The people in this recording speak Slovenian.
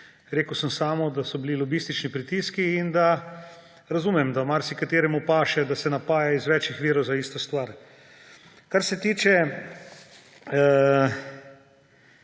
rekel sem samo, da so bili lobistični pritiski in da razumem, da marsikateremu ustreza, da se napaja iz več virov za isto stvar. Kar se tiče